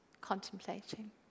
contemplating